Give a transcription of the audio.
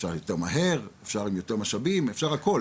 אפשר יותר מהר, אפשר עם יותר משאבים, אפשר הכל